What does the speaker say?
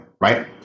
Right